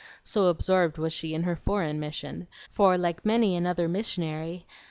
so absorbed was she in her foreign mission for, like many another missionary,